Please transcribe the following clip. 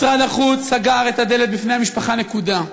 משרד החוץ סגר את הדלת בפני המשפחה, נקודה.